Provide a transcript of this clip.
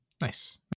Nice